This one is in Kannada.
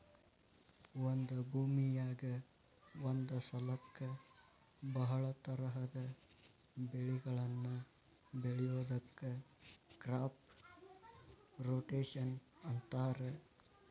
ಒಂದ ಭೂಮಿಯಾಗ ಒಂದ ಸಲಕ್ಕ ಬಹಳ ತರಹದ ಬೆಳಿಗಳನ್ನ ಬೆಳಿಯೋದಕ್ಕ ಕ್ರಾಪ್ ರೊಟೇಷನ್ ಅಂತಾರ